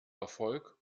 erfolg